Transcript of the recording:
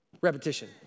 Repetition